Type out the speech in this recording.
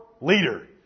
leader